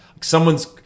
someone's